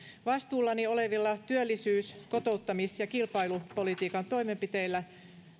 vastuullani olevilla työllisyys kotouttamis ja kilpailupolitiikan toimenpiteillä